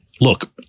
Look